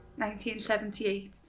1978